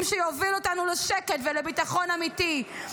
שיוביל אותנו לשקט ולביטחון אמיתי.